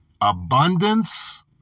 abundance